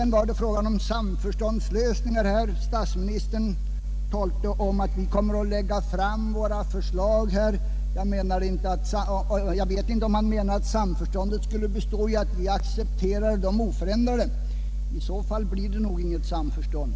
När det gäller samförståndslösningar talade statsministern om att ”vi kommer att lägga fram våra förslag”. Jag vet inte om han menade att samförståndet skulle bestå i att vi accepterar dem oförändrade. I så fall blir det nog inget samförstånd.